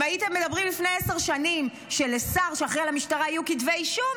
אם הייתם אומרים לפני עשר שנים שלשר שאחראי למשטרה יהיו כתבי אישום,